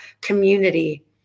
community